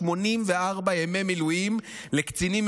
84 ימי מילואים לקצינים,